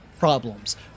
problems